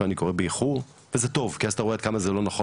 אני קורא באיחור וזה טוב כי אז אתה רואה עד כמה זה לא נכון